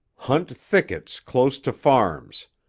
hunt thickets close to farms.